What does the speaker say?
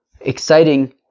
exciting